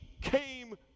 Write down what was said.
came